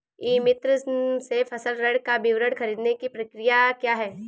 ई मित्र से फसल ऋण का विवरण ख़रीदने की प्रक्रिया क्या है?